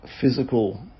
physical